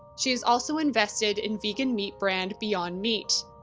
she has also invested in vegan meat brand beyond meat.